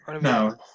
No